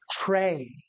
Pray